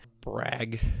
Brag